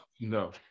No